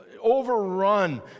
overrun